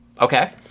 Okay